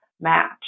match